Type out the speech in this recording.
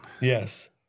Yes